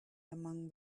among